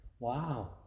Wow